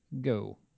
go